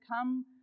come